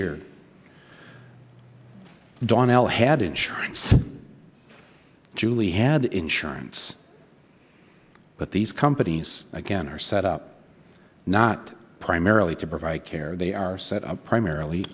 dannielle had insurance julie had insurance but these companies again are set up not primarily to provide care they are set up primarily